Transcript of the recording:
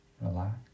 relax